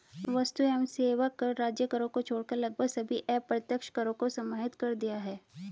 वस्तु एवं सेवा कर राज्य करों को छोड़कर लगभग सभी अप्रत्यक्ष करों को समाहित कर दिया है